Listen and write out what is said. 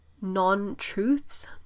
non-truths